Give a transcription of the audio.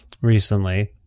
recently